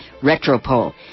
Retropole